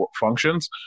functions